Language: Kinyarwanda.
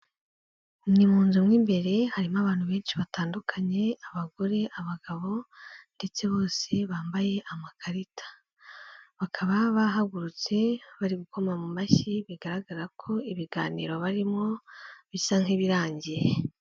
Ni mu nzu mo imbere harimo abantu benshi batandukanye: abagore, abagabo ndetse bose bambaye amakarita, bakaba bahagurutse bari gukoma mu mashyi, bigaragara ko ibiganiro barimo bisa nk'ibirangiye.